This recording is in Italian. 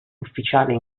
ufficiale